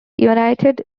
united